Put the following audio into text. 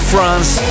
France